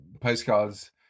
postcards